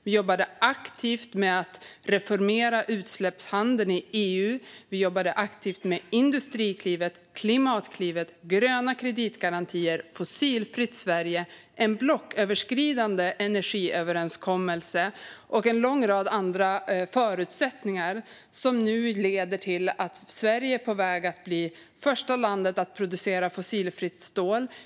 Vi jobbade aktivt med att reformera utsläppshandeln i EU, och vi jobbade aktivt med Industriklivet, Klimatklivet, gröna kreditgarantier, Fossilfritt Sverige, en blocköverskridande energiöverenskommelse och en lång rad andra förutsättningar som nu leder till att Sverige är på väg att bli det första landet att producera fossilfritt stål.